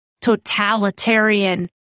totalitarian